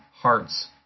hearts